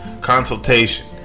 Consultation